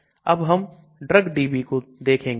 अब हम Drugdb को देखेंगे